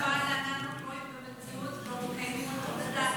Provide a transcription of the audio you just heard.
אבל אנחנו רואים שבמציאות לא מקיימים אותו בכלל,